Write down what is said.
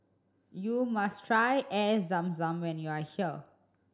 you must try Air Zam Zam when you are here